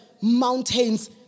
mountains